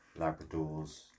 Labradors